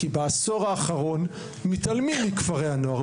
כי בעשור האחרון מתעלמים מכפרי הנוער,